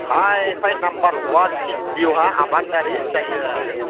hi-fi number वानसिम बेयावहाय आबाद आरि जायो आरो